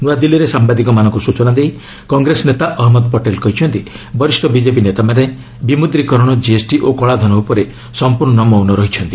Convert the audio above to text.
ନୂଆଦିଲ୍ଲୀରେ ସାମ୍ଭାଦିକମାନଙ୍କୁ ସୂଚନା ଦେଇ କଂଗ୍ରେସ ନେତା ଅହମ୍ମଦ ପଟେଲ୍ କହିଛନ୍ତି ବରିଷ୍ଠ ବିଜେପି ନେତାମାନେ ବିମୁଦ୍ରିକରଣ ଜିଏସ୍ଟି ଓ କଳାଧନ ଉପରେ ସମ୍ପୂର୍ଣ୍ଣ ମୌନ ରହିଛନ୍ତି